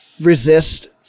resist